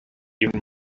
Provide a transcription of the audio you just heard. even